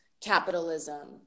capitalism